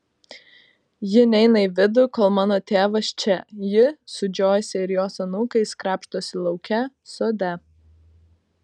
ji neina į vidų kol mano tėvas čia ji su džoise ir jos anūkais krapštosi lauke sode